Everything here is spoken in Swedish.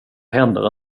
händer